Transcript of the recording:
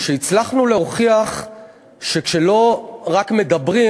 שהצלחנו להוכיח בה שכשלא רק מדברים,